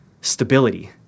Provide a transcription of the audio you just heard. stability